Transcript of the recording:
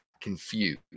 confused